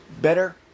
better